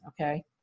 okay